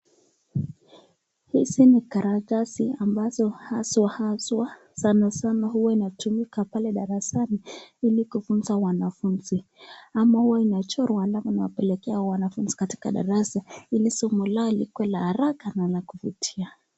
Hizi ni karatasi ambazo haswa haswa sana ana zinatumika pale darasani ili kufunza wanafunzi ama huwa inachora alafu inapelekewa wanafunzi katika darasa ili somo lao likue la haraka na la kuvutia.